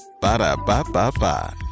Ba-da-ba-ba-ba